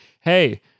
Hey